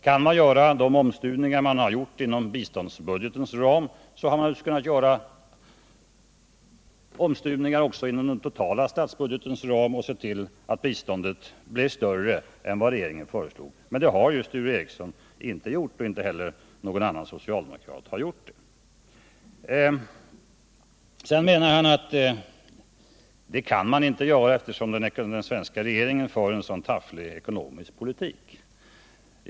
Kan man göra de omstuvningar man har gjort inom biståndsbudgetens ram, hade man kunnat göra omstuvningar också inom den totala statsbudgetens ram och sett till att biståndet blev större än vad regeringen föreslog. Men det har Sture Ericson inte gjort. Inte någon annan socialdemokrat heller har gjort det. Sture Ericson menar att det kan man inte göra, eftersom den svenska regeringen för en valhänt ekonomisk politik.